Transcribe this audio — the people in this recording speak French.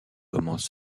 commence